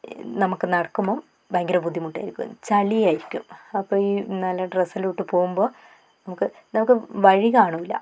നമുക്ക് നടക്കുമ്പം ഭയങ്കര ബദ്ധിമുട്ടായിരിക്കും ചളി ആയിരിക്കും അപ്പം ഈ നല്ല ഡ്രെസ്സെല്ലാം ഇട്ട് പോവുമ്പോൾ നമുക്ക് നമുക്ക് വഴി കാണൂല്ലാ